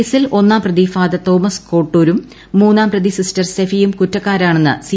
കേസിൽ ഒന്നാം പ്രതി ഫാദർ തോമസ് കോട്ടൂരും മൂന്നാം പ്രതി സിസ്റ്റർ സെഫിയും കുറ്റക്കാരാണെന്ന് സി